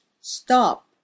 Stop